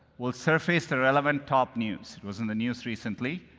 we'll surface the relevant top news. it was in the news recently.